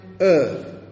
Earth